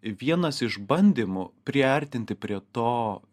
vienas iš bandymų priartinti prie to